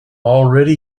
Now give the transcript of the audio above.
already